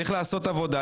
צריך לעשות עבודה,